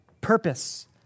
purpose